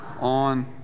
on